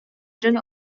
дьон